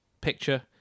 Picture